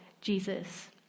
Jesus